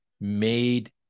made